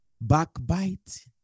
Backbite